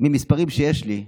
ממספרים שיש לי,